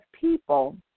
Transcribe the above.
people